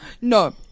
no